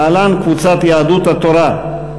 להלן: קבוצת יהדות התורה.